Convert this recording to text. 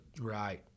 Right